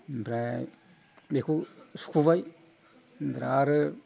ओमफ्राय बेखौ सुख'बाय ओमफ्राय आरो